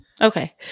Okay